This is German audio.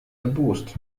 erbost